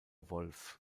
wolff